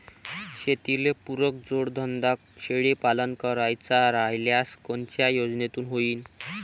शेतीले पुरक जोडधंदा शेळीपालन करायचा राह्यल्यास कोनच्या योजनेतून होईन?